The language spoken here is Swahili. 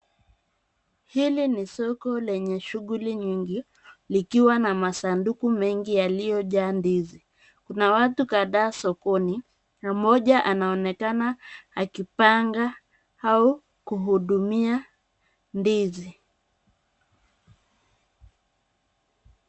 Hili ni soko lenye shughuli nyingi, likiwa na masanduku mengi yaliyojaa ndizi. Kuna watu kadhaa sokoni, na mmoja anaonekana akipanga au kuhudumia ndizi.